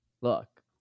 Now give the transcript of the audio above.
Look